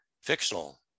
fictional